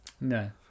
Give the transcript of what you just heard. no